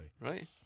Right